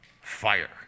fire